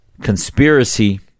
conspiracy